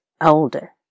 older